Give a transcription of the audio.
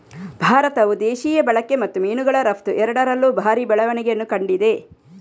ಭಾರತವು ದೇಶೀಯ ಬಳಕೆ ಮತ್ತು ಮೀನುಗಳ ರಫ್ತು ಎರಡರಲ್ಲೂ ಭಾರಿ ಬೆಳವಣಿಗೆಯನ್ನು ಕಂಡಿದೆ